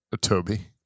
Toby